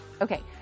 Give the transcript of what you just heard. Okay